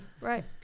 Right